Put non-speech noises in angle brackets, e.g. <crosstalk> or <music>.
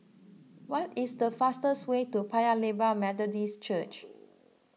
<noise> what is the fastest way to Paya Lebar Methodist Church